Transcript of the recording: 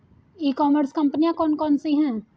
ई commerce कंपनियाँ कौन कौन सी हैं?